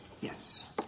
Yes